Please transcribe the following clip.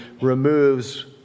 removes